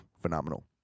phenomenal